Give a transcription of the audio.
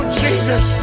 jesus